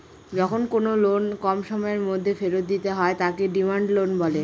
যখন কোনো লোন কম সময়ের মধ্যে ফেরত দিতে হয় তাকে ডিমান্ড লোন বলে